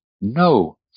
no